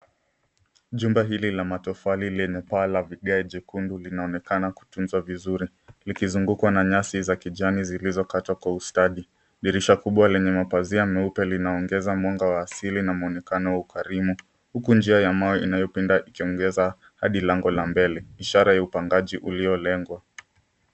Jumba hili la matofali lenye paa la vigae jekundu linaonekana kutuzwa vizuri likizungukwa na nyasi za kijani zilizokatwa kwa ustadi. Dirisha kubwa lenye mapazia meupe linaongeza mwanga wa asili na mwonekano wa ukarimu uku njia ya mawe inayopinda ikiongoza hadi lango la mbele, ishara ya upangaji uliolengwa.